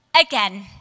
Again